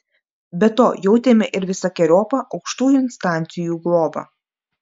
be to jautėme ir visokeriopą aukštųjų instancijų globą